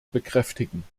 bekräftigen